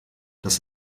das